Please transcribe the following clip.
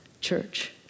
Church